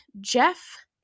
Jeff